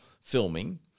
filming